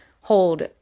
hold